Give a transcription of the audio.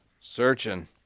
Searching